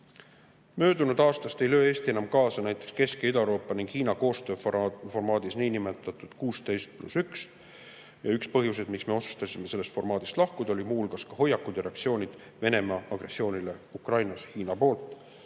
Möödunud aastast ei löö Eesti enam kaasa näiteks Kesk‑ ja Ida-Euroopa ning Hiina koostööformaadis, niinimetatud 16 + 1. Üks põhjuseid, miks me otsustasime sellest formaadist lahkuda, oli muu hulgas ka Hiina hoiakud ja reaktsioonid Venemaa agressioonile Ukrainas.